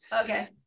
Okay